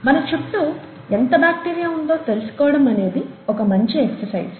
మన చుట్టూ ఎంత బాక్టీరియా ఉందో తెలుసుకోవటం అనేది ఒక మంచి ఎక్సెర్సైజ్